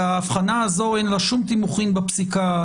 האבחנה הזו אין לה שום תימוכין בפסיקה,